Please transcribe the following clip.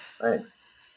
Thanks